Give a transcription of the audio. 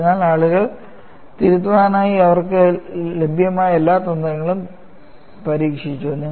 അതിനാൽ ആളുകൾ തിരുത്താനായി അവർക്ക് ലഭ്യമായ എല്ലാ തന്ത്രങ്ങളും പരീക്ഷിച്ചു